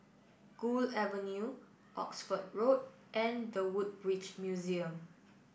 Gul Avenue Oxford Road and The Woodbridge Museum